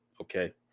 Okay